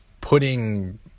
putting